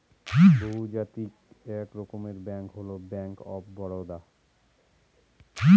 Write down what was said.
বহুজাতিক এক রকমের ব্যাঙ্ক হল ব্যাঙ্ক অফ বারদা